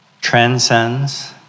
Transcends